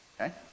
okay